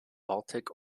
baltic